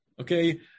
okay